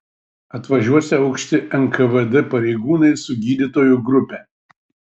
atvažiuosią aukšti nkvd pareigūnai su gydytojų grupe